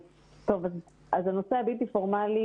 הנושא הבלתי פורמלי